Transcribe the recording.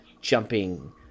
jumping